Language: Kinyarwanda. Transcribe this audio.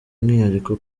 umwihariko